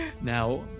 Now